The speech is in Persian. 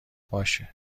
باشه